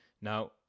Now